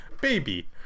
baby